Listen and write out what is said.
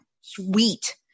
Sweet